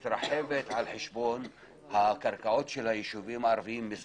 אני חושבת שבחצי השנה האחרונה מאז שקמה הממשלה